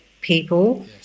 people